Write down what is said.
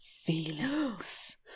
feelings